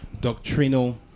doctrinal